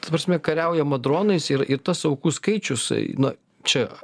ta prasme kariaujama dronais ir ir tas aukų skaičius na čia